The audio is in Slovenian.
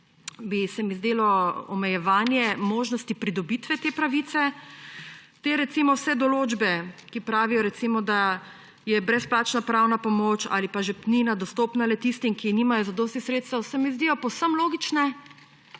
bi se mi zdelo omejevanje možnosti pridobitve te pravice. Vse določbe, ki pravijo, da je recimo brezplačna pravna pomoč ali pa žepnina dostopna le tistim, ki nimajo zadostnih sredstev, se mi zdijo povsem logične.